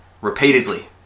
repeatedly